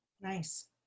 Nice